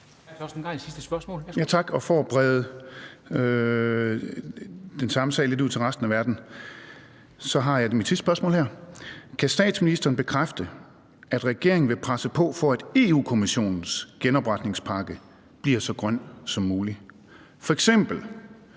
Kan statsministeren bekræfte, at regeringen vil presse på, for at Europa-Kommissionens genopretningspakke bliver så grøn som mulig?